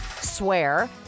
Swear